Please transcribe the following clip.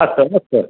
अस्तु अस्तु